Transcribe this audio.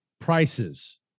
prices